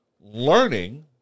learning